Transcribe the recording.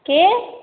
की